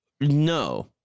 No